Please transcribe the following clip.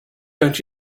don’t